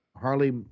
Harley